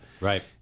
Right